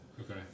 okay